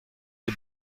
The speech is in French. les